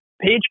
page